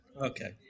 Okay